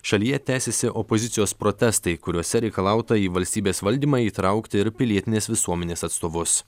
šalyje tęsiasi opozicijos protestai kuriuose reikalauta į valstybės valdymą įtraukti ir pilietinės visuomenės atstovus